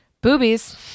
boobies